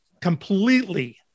completely